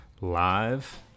live